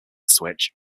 switch